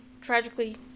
tragically